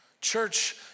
church